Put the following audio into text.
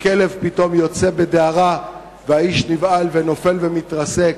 כשכלב פתאום יוצא בדהרה והאיש נבהל, נופל ומתרסק,